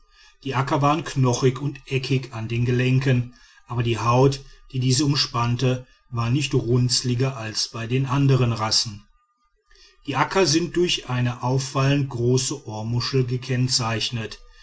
die akka waren knochig und eckig an den gelenken aber die haut die diese umspannte war nicht runzliger als bei den andern rassen die akka sind durch eine auffallend große ohrmuschel gekennzeichnet